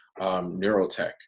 neurotech